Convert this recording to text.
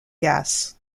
gas